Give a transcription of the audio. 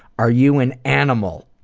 are you an animal?